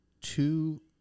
Two